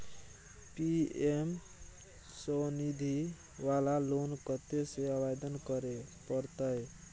PM Svanidhi वाला loan कत्ते से आवेदन करे परतै?